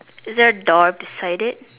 is there a door beside it